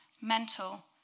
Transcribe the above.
mental